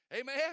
Amen